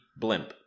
Blimp